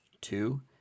two